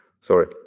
sorry